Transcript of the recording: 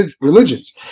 religions